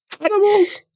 Animals